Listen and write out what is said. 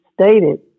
stated